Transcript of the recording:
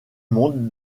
monde